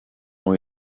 ont